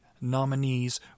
nominees